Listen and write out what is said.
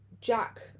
Jack